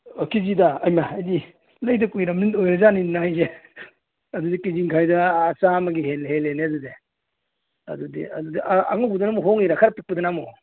ꯑꯥ K ꯖꯤꯗ ꯑꯩꯃ ꯑꯩꯗꯤ ꯂꯩꯗ ꯀꯨꯏꯔꯃꯤꯅ ꯑꯣꯏꯔꯖꯥꯠꯅꯤꯅ ꯑꯩꯁꯦ ꯑꯗꯨꯗꯤ ꯀꯦ ꯖꯤ ꯃꯈꯥꯏꯗ ꯆꯥꯝꯃꯒ ꯍꯦꯜꯂꯦꯅꯦ ꯑꯗꯨꯗꯤ ꯑꯗꯨꯗꯤ ꯑꯉꯧꯕꯗꯨꯅ ꯑꯃꯨꯛ ꯍꯣꯡꯉꯤꯔꯥ ꯈꯔ ꯄꯤꯛꯄꯗꯨꯅ ꯑꯃꯨꯛ